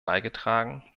beigetragen